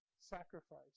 sacrifice